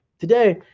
Today